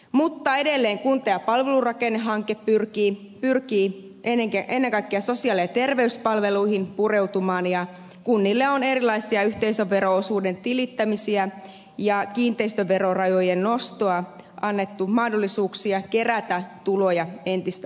mutta edelleen kunta ja palvelurakennehanke pyrkii ennen kaikkea sosiaali ja terveyspalveluihin pureutumaan ja kunnille on erilaisilla yhteisövero osuuden tilittämisillä ja kiinteistöverorajojen nostoilla annettu mahdollisuuksia kerätä tuloja entistä enemmän